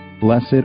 Blessed